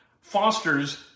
fosters